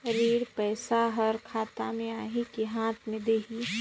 ऋण पइसा हर खाता मे आही की हाथ मे देही?